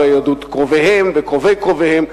אבל ביהדות קרוביהם וקרובי קרוביהם,